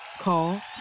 Call